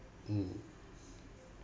mm